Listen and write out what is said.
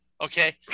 Okay